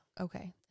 okay